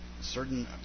certain